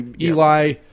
Eli